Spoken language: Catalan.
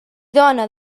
dona